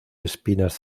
espinas